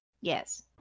Yes